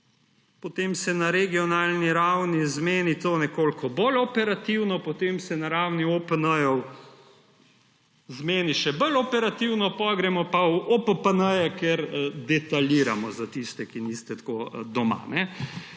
potem se na regionalni ravni zmeni to nekoliko bolj operativno, potem se na ravni OPN-jev zmeni še bolj operativno, potem gremo pa v OPPN-je, kjer detajliramo. Za tiste, ki v tem niste tako doma.